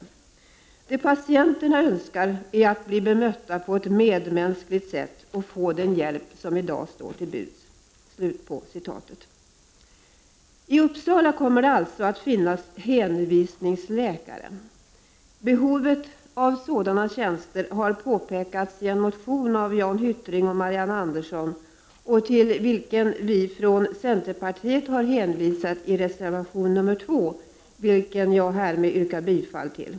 Det patienterna 15 november 1989 önskar är att bli bemötta på ett medmänskligt sätt och få den hjälpsomidag 7 står till buds.” I Uppsala kommer det alltså att finnas hänvisningsläkare. Behovet av sådana har påpekats i en motion av Jan Hyttring och Marianne Andersson till vilken vi ifrån centerpartiet har hänvisat i reservation 2, som jag härmed yrkar bifall till.